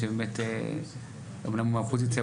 שבאמת אומנם הוא מהאופוזיציה,